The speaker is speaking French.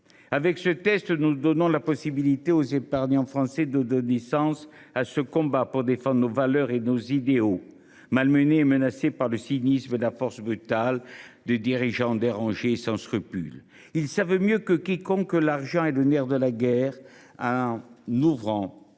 Avec ce texte, nous offrons la possibilité aux épargnants français de donner sens à ce combat pour défendre nos valeurs et nos idéaux, malmenés et menacés par le cynisme et la force brutale de dirigeants dérangés et sans scrupules. Ils savent mieux que quiconque que l’argent est le nerf de la guerre. En ouvrant ces